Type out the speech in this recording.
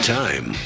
time